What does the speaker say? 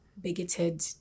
bigoted